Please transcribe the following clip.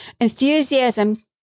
Enthusiasm